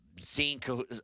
Seeing